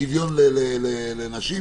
שוויון לנשים,